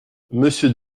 monsieur